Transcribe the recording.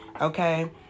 Okay